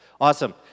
awesome